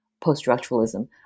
post-structuralism